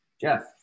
Jeff